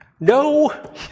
No